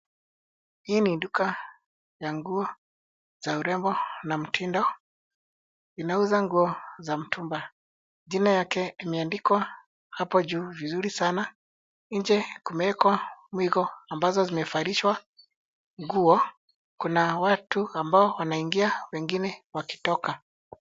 Hii ni duka ya nguo za urembo na mtindo. Inauza nguo za mtumba. Jina yake imeandikwa hapo juu vizuri sana. Nje kumewekwa mwigo ambazo zimevalishwa nguo. Kuna watu ambao wanaingia wengine wakitoka.